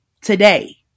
today